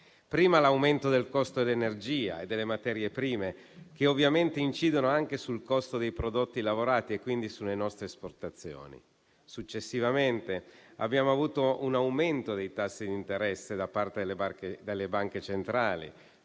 avuto l'aumento del costo dell'energia e delle materie prime, che ovviamente incide anche sul costo dei prodotti lavorati e quindi sulle nostre esportazioni; successivamente abbiamo avuto un aumento dei tassi di interesse da parte delle banche centrali,